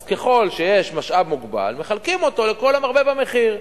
אז ככל שיש משאב מוגבל מחלקים אותו לכל המרבה במחיר.